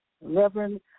Reverend